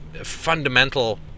fundamental